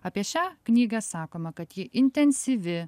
apie šią knygą sakoma kad ji intensyvi